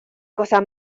cosa